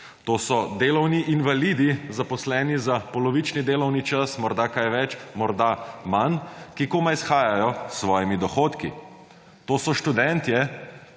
To so delovni invalidi zaposleni za polovični delovni čas, morda kaj več, morda manj, ki komaj shajajo s svojimi dohodki. To so študentje,